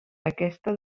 aquesta